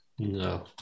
No